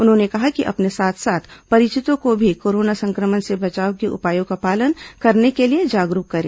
उन्होंने कहा कि अपने साथ साथ परिचितों को भी कोरोना संक्रमण से बचाव के उपायों का पालन करने के लिए जागरूक करें